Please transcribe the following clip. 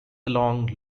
along